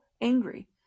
angry